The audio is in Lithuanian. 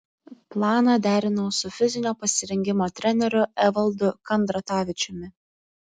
planą derinau su fizinio pasirengimo treneriu evaldu kandratavičiumi